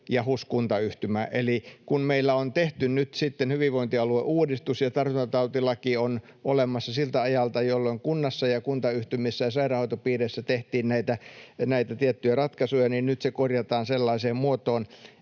ja ”HUS-kuntayhtymä”. Eli kun meillä on nyt sitten tehty hyvinvointialueuudistus ja tartuntatautilaki on olemassa siltä ajalta, jolloin kunnissa, kuntayhtymissä ja sairaanhoitopiireissä tehtiin näitä tiettyjä ratkaisuja, niin nyt se korjataan sellaiseen muotoon,